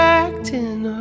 acting